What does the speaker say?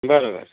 बरोबर